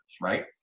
right